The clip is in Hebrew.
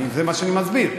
זה מה שאני מסביר.